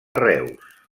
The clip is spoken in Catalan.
reus